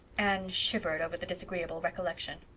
anne shivered over the disagreeable recollection.